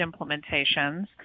implementations